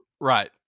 Right